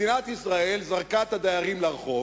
מדינת ישראל זרקה את הדיירים לרחוב,